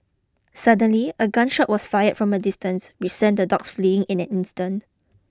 suddenly a gun shot was fired from a distance we sent the dogs fleeing in an instant